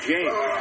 James